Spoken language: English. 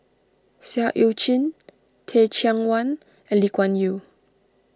Seah Eu Chin Teh Cheang Wan and Lee Kuan Yew